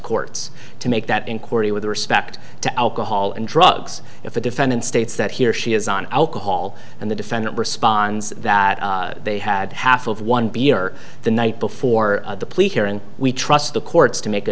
courts to make that inquiry with respect to alcohol and drugs if a defendant states that he or she is on alcohol and the defendant responds that they had half of one beer or the night before the police here and we trust the courts to make a